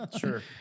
sure